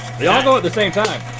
the ah and ah the same time.